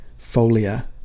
folia